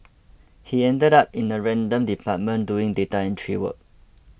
he ended up in a random department doing data entry work